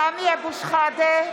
סמי אבו שחאדה,